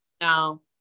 no